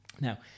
Now